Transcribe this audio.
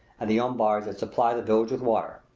and the umbars that supply the village with water.